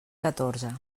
catorze